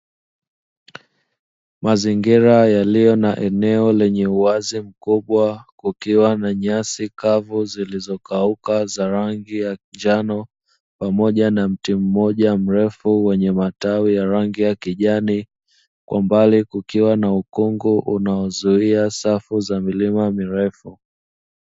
Mazingira yaliyo na eneo lenye uwazi mkubwa, kukiwa na nyasi kavu zilizokauka za rangi ya njano, pamoja na mti mmoja mrefu wenye matawi ya rangi ya kijani, kwa mbali kukiwa na ukungu unaozuia safu za milima mirefu.